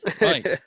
Right